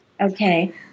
Okay